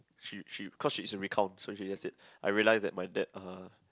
she she cause it's a recount so she just said I realized that my dad uh